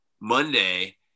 Monday